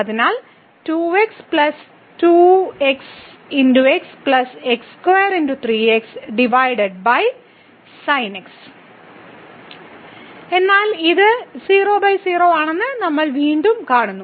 അതിനാൽ എന്നാൽ ഇത് 0 ബൈ 0 ഫോം ആണെന്ന് നമ്മൾ വീണ്ടും കാണുന്നു